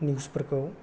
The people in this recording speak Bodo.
निउस फोरखौ